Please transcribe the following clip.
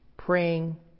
praying